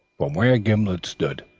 from where gimblet stood,